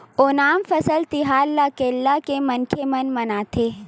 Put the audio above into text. ओनम फसल तिहार ल केरल के मनखे मन ह मनाथे